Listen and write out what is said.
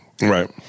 Right